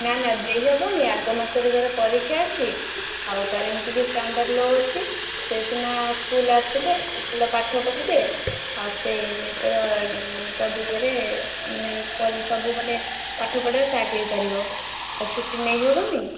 ନା ନା ଦେଇ ହେବନି ଆଗ ମାସରେ ତାର ପରୀକ୍ଷା ଅଛି ଆଉ ତାର ଏମିତି ବି ଷ୍ଟାଣ୍ଡାର୍ଡ଼ ଲୋ ଅଛି ସେ ସିନା ସ୍କୁଲ୍ ଆସିଲେ ଭଲ ପାଠ ପଢ଼ିଲେ ଆଉ ସେ ତାର ସବୁ ଇଏରେ ମାନେ ସବୁ ମାନେ ପାଠ ପଢ଼ାରେ ସେ ଆଗେଇ ପାରିବ ଛୁଟି ନେଇ ହେବନି